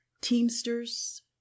teamsters